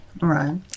Right